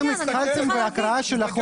אני לא מצליחה להבין.